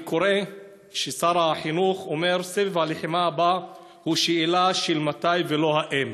אני קורא ששר החינוך אומר: סבב הלחימה הבא הוא שאלה של מתי ולא של אם.